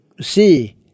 see